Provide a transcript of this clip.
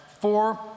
four